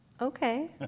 Okay